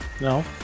No